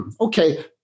okay